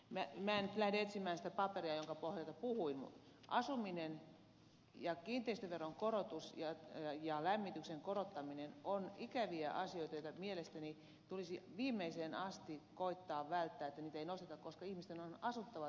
minä en nyt lähde etsimään sitä paperia jonka pohjalta puhuin mutta asuminen ja kiinteistöveron korotus ja lämmityksen korottaminen ovat ikäviä asioita joita mielestäni tulisi viimeiseen asti koettaa välttää että niitä ei nosteta koska ihmisten on asuttava täällä pohjolassa